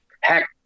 Heck